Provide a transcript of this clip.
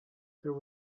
there